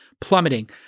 plummeting